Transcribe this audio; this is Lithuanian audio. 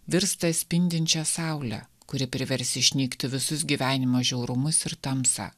virsta spindinčia saule kuri privers išnykti visus gyvenimo žiaurumus ir tamsą